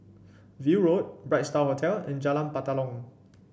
View Road Bright Star Hotel and Jalan Batalong